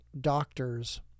doctors